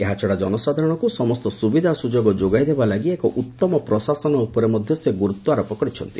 ଏହାଛଡ଼ା ଜନସାଧାରଣଙ୍କୁ ସମସ୍ତ ସୁବିଧା ସୁଯୋଗ ଯୋଗାଇଦେବା ଲାଗି ଏକ ଉତ୍ତମ ପ୍ରଶାସନ ଉପରେ ମଧ୍ୟ ସେ ଗୁରୁତ୍ୱାରୋପ କରିଛନ୍ତି